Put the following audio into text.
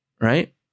right